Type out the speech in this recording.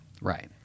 Right